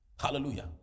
Hallelujah